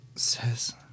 says